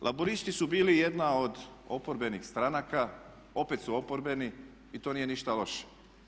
Laburisti su bili jedna od oporbenih stranaka, opet su oporbeni i to nije ništa loše.